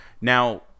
now